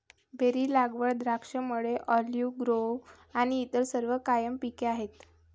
berry लागवड, द्राक्षमळे, olive grove आणि इतर सर्व कायम पिके आहेत